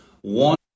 One